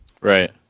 Right